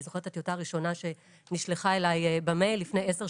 אני זוכרת את הטיוטה הראשונה שנשלחה אלי במייל לפני 10 שנים.